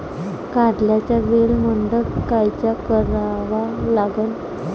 कारल्याचा वेल मंडप कायचा करावा लागन?